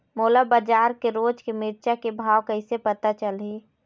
मोला बजार के रोज के मिरचा के भाव कइसे पता चलही?